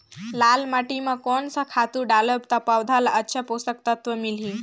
लाल माटी मां कोन सा खातु डालब ता पौध ला अच्छा पोषक तत्व मिलही?